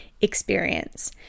experience